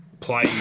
Play